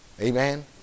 Amen